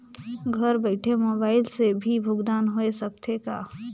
घर बइठे मोबाईल से भी भुगतान होय सकथे का?